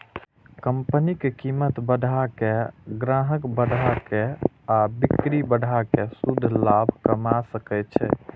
company कीमत बढ़ा के, ग्राहक बढ़ा के आ बिक्री बढ़ा कें शुद्ध लाभ कमा सकै छै